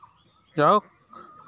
ᱡᱟᱭᱦᱳᱠ